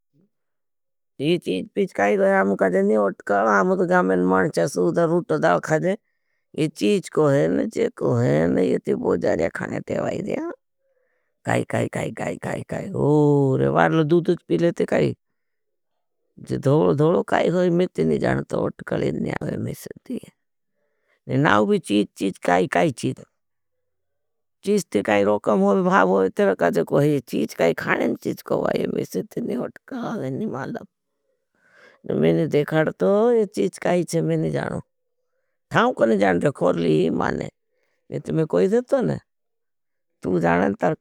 ये चीज पीछ काई गया हम कज़े नहीं ओटकल है। हम दो गामें मनचा सूधा रूटो दाओ खाजे। ये चीज को है न जे को है न ये ती बोजारी खाने ते वाई दिया। काई काई काई काई काई काई। ओरे वारल दूदूज पीले ते काई। दोलो दोलो काई है मैं ती नहीं जानता ओटकल है नहीं आवें मैं सती है। नहीं नावी चीज चीज काई काई चीज। चीज ते काई रोकम होगी भाव होगी।